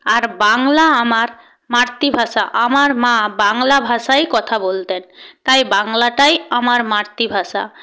আর বাংলা আমার মাতৃভাষা আমার মা বাংলা ভাষায় কথা বলতেন তাই বাংলাটাই আমার মাতৃভাষা